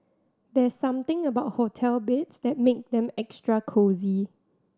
there's something about hotel beds that make them extra cosy